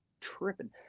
tripping